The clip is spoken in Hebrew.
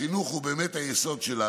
החינוך הוא באמת היסוד שלנו.